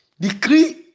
decree